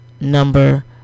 number